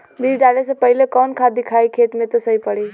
बीज डाले से पहिले कवन खाद्य दियायी खेत में त सही पड़ी?